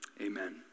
Amen